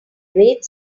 great